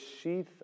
sheath